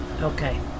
Okay